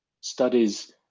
studies